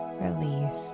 Release